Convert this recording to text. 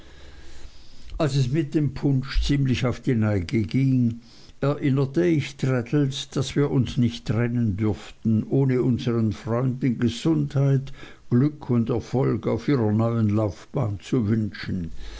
als es mit dem punsch ziemlich auf die neige ging erinnerte ich traddles daß wir uns nicht trennen dürften ohne unsern freunden gesundheit glück und erfolg auf ihrer neuen laufbahn zu wünschen